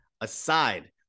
aside